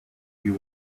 you